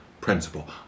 principle